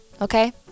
Okay